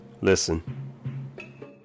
Listen